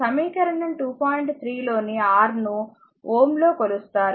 3 లోని R ను Ω లో కొలుస్తారు